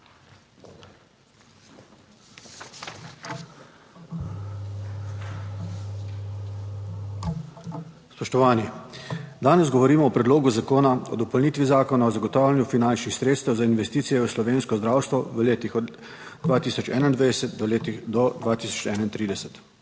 Spoštovani. Danes govorimo o Predlogu zakona o dopolnitvi Zakona o zagotavljanju finančnih sredstev za investicije v slovensko zdravstvo v letih od 2021 do 2031.